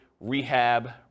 rehab